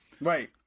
Right